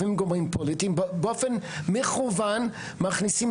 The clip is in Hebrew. לפעמים גורמים פוליטיים באופן מכוון מכניסים